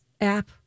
app